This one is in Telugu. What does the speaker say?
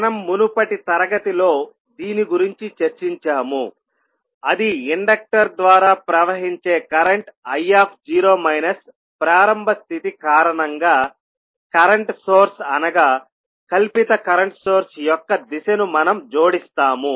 మనం మునుపటి తరగతి లో దీని గురించి చర్చించాము అది ఇండక్టర్ ద్వారా ప్రవహించే కరెంట్ i ప్రారంభ స్థితి కారణంగా కరెంట్ సోర్స్ అనగా కల్పిత కరెంట్ సోర్స్ యొక్క దిశను మనం జోడిస్తాము